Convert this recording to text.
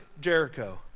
Jericho